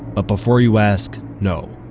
but before you ask, no,